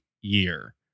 year